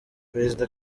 perezida